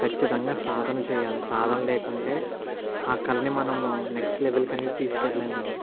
ఖచ్చితంగా సాధన చేయాలి సాధన లేకుంటే ఆ కళను మనం నెక్స్ట్ లెవెల్కు అనేది తీసుకువెళ్ళలేము అండి